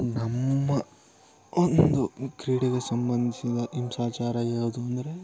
ನಮ್ಮ ಒಂದು ಕ್ರೀಡೆಗೆ ಸಂಬಂಧಿಸಿದ ಹಿಂಸಾಚಾರ ಯಾವುದು ಅಂದರೆ